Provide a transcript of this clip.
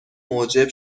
موجب